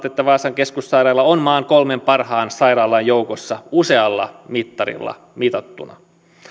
että vaasan keskussairaala on maan kolmen parhaan sairaalan joukossa usealla mittarilla mitattuna